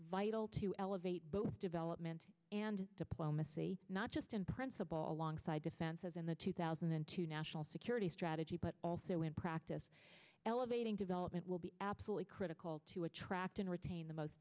vital to elevate both development and diplomacy not just in principle alongside defense as in the two thousand and two national security strategy but also in practice elevating development will be absolutely critical to attract and retain